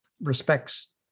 respects